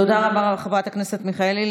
תודה רבה, חברת הכנסת מיכאלי.